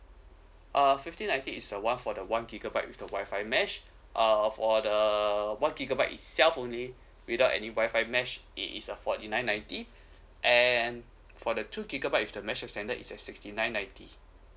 uh fifty ninety is the one for the one gigabyte with the wifi mesh uh for the one gigabyte itself only without any wifi mesh it is a forty nine ninety and for the two gigabyte with the mesh extender is at sixty nine ninety